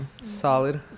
solid